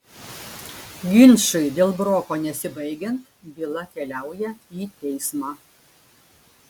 ginčui dėl broko nesibaigiant byla keliauja į teismą